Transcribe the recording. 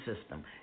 system